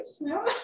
no